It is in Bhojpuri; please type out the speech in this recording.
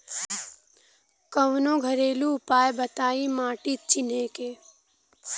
कवनो घरेलू उपाय बताया माटी चिन्हे के?